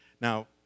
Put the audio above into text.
Now